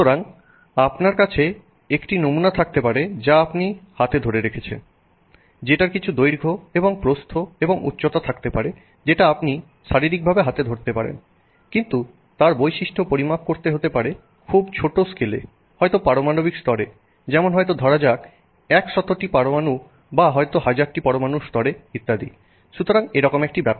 সুতরাং আপনার কাছে একটি নমুনা থাকতে পারে যা আপনি হাতে ধরে রেখেছেন যেটার কিছু দৈর্ঘ্য এবং প্রস্থ এবং উচ্চতা থাকতে পারে যেটা আপনি শারীরিকভাবে হাতে ধরতে পারেন কিন্তু তার বৈশিষ্ট্য পরিমাপ করতে হতে পারে খুব ছোট স্কেলে হয়তো পারমাণবিক স্তরে যেমনহয়ত ধরা যাক একশতটি পরমাণুর বা হয়তো হাজারটি পরমানুর স্তরে ইত্যাদি সুতরাং এরকম একটি ব্যাপার